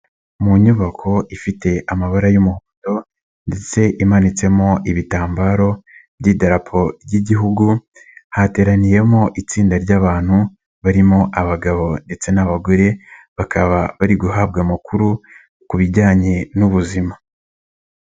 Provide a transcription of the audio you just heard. Mu nyubako ifite amabara y' umuhondo ndetse imanitsemo ibitambaro by'idarapo ry'igihugu, hateraniyemo itsinda ry'abantu, barimo abagabo ndetse n'abagore, bakaba bari guhabwa amakuru ku bijyanye n'ubuzima.